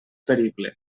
perible